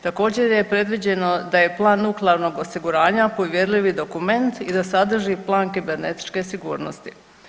Također, je predviđeno da je plan nuklearnog osiguranja povjerljivi dokument i da sadrži plan kibernetičke sigurnosti.